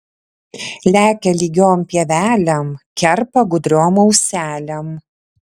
lekia lygiom pievelėm kerpa gudriom auselėm